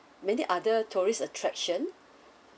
many other tourist attraction